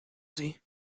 sie